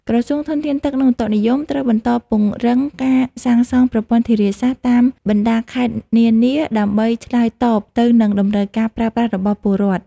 ក្រសួងធនធានទឹក និងឧតុនិយមត្រូវបន្តពង្រឹងការសាងសង់ប្រព័ន្ធធារាសាស្ត្រតាមបណ្តាខេត្តនានាដើម្បីឆ្លើយតបទៅនឹងតម្រូវការប្រើប្រាស់របស់ពលរដ្ឋ។